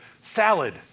salad